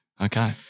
Okay